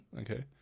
okay